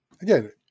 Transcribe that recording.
Again